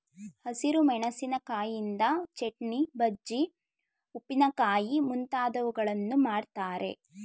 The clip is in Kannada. ಹಸಿರು ಮೆಣಸಿಕಾಯಿಯಿಂದ ಚಟ್ನಿ, ಬಜ್ಜಿ, ಉಪ್ಪಿನಕಾಯಿ ಮುಂತಾದವುಗಳನ್ನು ಮಾಡ್ತರೆ